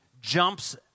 jumps